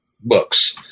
books